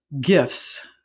gifts